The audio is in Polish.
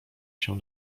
się